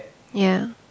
ya